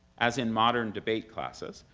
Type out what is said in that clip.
as in modern debate classes,